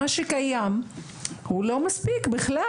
מה שקיים הוא לא מספיק בכלל,